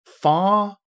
far